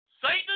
Satan